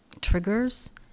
triggers